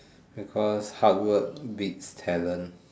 because hardwork beats talent